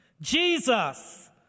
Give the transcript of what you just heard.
Jesus